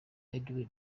edwin